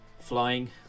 flying